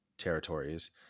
territories